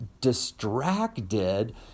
distracted